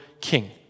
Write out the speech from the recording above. king